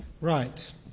Right